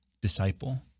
disciple